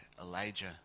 Elijah